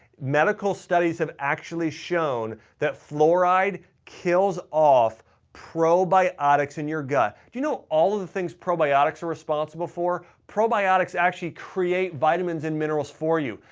medical studies have actually shown that fluoride kills off probiotics in your gut. you know all of the things probiotics are responsible for? probiotics actually create vitamins and minerals for you,